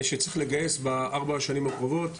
שצריך לגייס בארבע שנים הקרובות.